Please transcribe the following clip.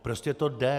Prostě to jde.